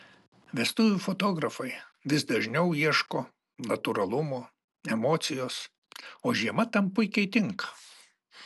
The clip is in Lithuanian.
vestuvių fotografai vis dažniau ieško natūralumo emocijos o žiema tam puikiai tinka